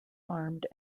farmed